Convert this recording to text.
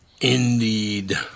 Indeed